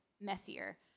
messier